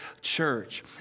church